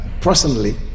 personally